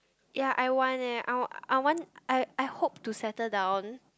ya I want eh I I want I I hope to settle down